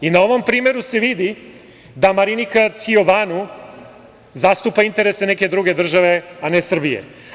Na ovom primeru se vidi da Marinika Ciobanu zastupa interese neke druge države, a ne Srbije.